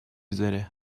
üzere